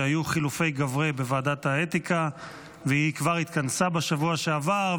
שהיו חילופי גברי בוועדת האתיקה והיא כבר התכנסה בשבוע שעבר,